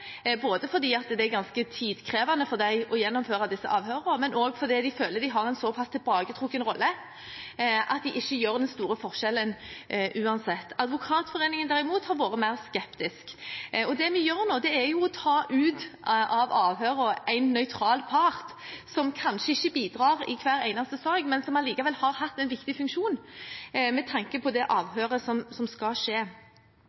både fordi det er ganske tidkrevende for dem å gjennomføre disse avhørene, og fordi de føler at de har en såpass tilbaketrukket rolle at det ikke gjør den store forskjellen uansett. Advokatforeningen, derimot, har vært mer skeptisk. Og det vi gjør nå, er jo å ta en nøytral part ut av avhørene, en part som kanskje ikke bidrar i hver eneste sak, men som allikevel har hatt en viktig funksjon med tanke på det avhøret som skal skje.